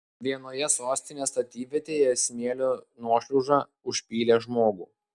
vienoje sostinės statybvietėje smėlio nuošliauža užpylė žmogų